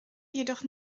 jedoch